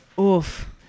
Oof